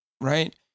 right